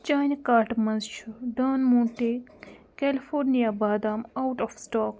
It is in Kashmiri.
چانہِ کاٹہٕ مَنٛز چھُ ڈان مانٹے کیلفارنِیا بادام آوُٹ آف سِٹاک